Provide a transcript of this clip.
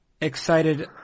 excited